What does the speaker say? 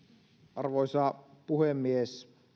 arvoisa puhemies